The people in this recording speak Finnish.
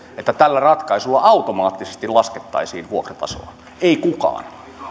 että tällä ratkaisulla automaattisesti laskettaisiin vuokratasoa ei kukaan